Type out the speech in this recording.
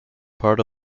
part